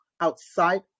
outside